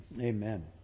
Amen